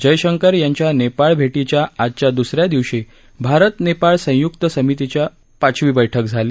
जयशंकर यांच्या नेपाळ भेटीच्या आजच्या द्सऱ्या दिवशी भारत नेपाळ संय्क्त समितीच्या पाचवी बैठक झाली